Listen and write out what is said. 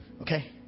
Okay